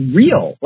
real